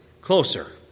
closer